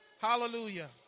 Hallelujah